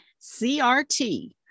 CRT